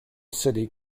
city